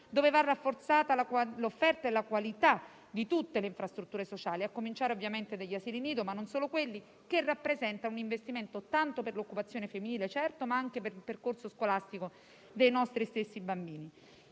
dove va rafforzata l'offerta e la qualità di tutte le infrastrutture sociali, a cominciare ovviamente degli asili nido, ma non solo quelli, che rappresenta un investimento per l'occupazione femminile, certo, ma anche per il percorso scolastico dei nostri stessi bambini.